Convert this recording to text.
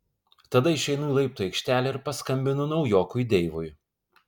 tada išeinu į laiptų aikštelę ir paskambinu naujokui deivui